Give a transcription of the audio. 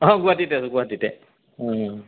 গুৱাহাটীতে আছোঁ গুৱাহাটীতে